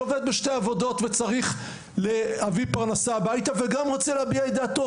שעובד בשתי עבודות על מנת להביא פרנסה הביתה ורוצה להביע את דעתו.